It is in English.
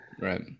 Right